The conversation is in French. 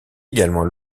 également